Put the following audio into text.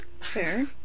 Fair